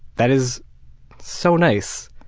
that is so nice.